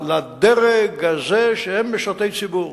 לדרג הזה, שהם משרתי ציבור,